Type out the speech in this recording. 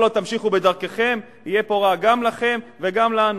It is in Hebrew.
כל עוד תמשיכו בדרככם יהיה פה רע גם לכם וגם לנו.